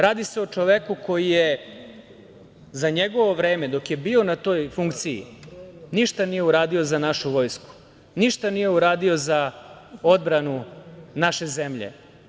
Radi se o čoveku koji je za njegovo vreme, dok je bio na toj funkciji, ništa nije uradio za našu vojsku, ništa nije uradio za odbranu naše zemlje.